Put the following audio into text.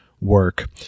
work